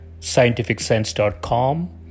scientificsense.com